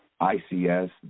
ICS